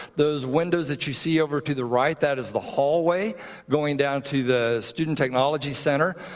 those windows that you see over to the right, that is the hallway going down to the student technology center.